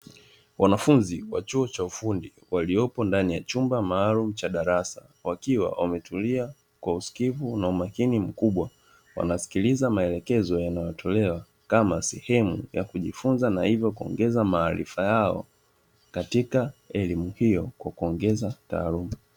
Wanafunzi wa chuo cha ufundi waliopo ndani ya chumba maalum cha darasa, wakiwa wametulia kwa usikivu na kwa umakini mkubwa, wanasikiliza maelekezo yanayotolewa kama sehemu ya kujifunza na hivyo kuongeza maarifa yao katika elimu hiyo kwa kuongeza taaluma.